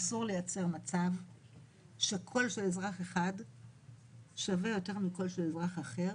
אסור לייצר מצב שקול של אזרח אחד שווה יותר מקול של אזרח אחר,